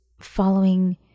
following